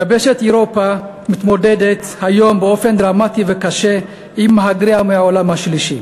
יבשת אירופה מתמודדת היום באופן דרמטי וקשה עם מהגריה מהעולם השלישי.